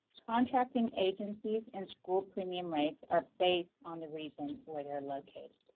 contracting agencies and school premium rates are based on the region where they are located.